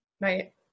Right